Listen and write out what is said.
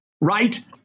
Right